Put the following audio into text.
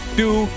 two